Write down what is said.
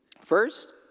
First